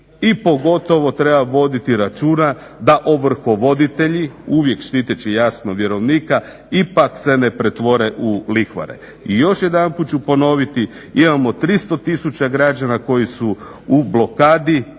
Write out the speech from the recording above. i pogotovo treba voditi računa da ovrhovoditelji uvijek štiteći jasno vjerovnika ipak se ne pretvore u lihvare. I još jedanput ću ponoviti imamo 300 tisuća građana koji su u blokadi